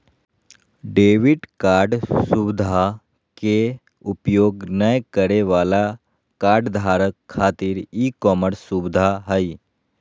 debit card सुवधा के उपयोग नय करे वाला कार्डधारक खातिर ई कॉमर्स सुविधा हइ